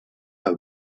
have